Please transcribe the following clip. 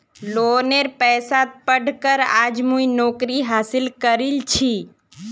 लोनेर पैसात पढ़ कर आज मुई नौकरी हासिल करील छि